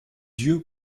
yeux